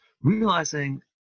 realizing